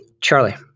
Charlie